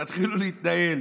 תתחילו להתנהל.